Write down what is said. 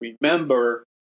Remember